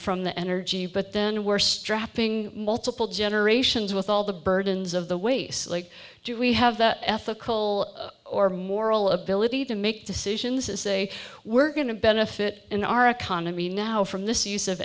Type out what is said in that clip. from the energy but then we're strapping multiple generations with all the burdens of the way slate do we have the ethical or moral ability to make decisions and say we're going to benefit in our economy now from this use of